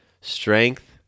Strength